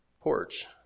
porch